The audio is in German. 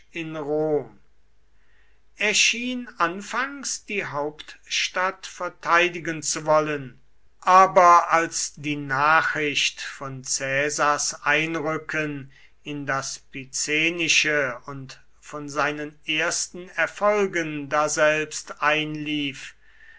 in rom er schien anfangs die hauptstadt verteidigen zu wollen aber als die nachricht von caesars einrücken in das picenische und von seinen ersten erfolgen daselbst einlief